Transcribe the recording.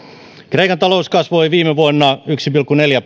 kreikan talous kasvoi viime vuonna yksi pilkku neljä